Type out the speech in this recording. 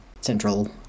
central